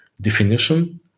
definition